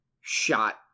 shot